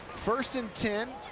first and ten.